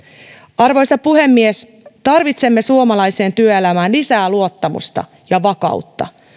arvoisa puhemies tarvitsemme suomalaiseen työelämään lisää luottamusta ja vakautta